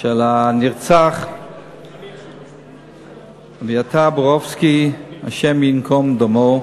של הנרצח אביתר בורובסקי, השם ינקום דמו.